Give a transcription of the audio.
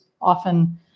often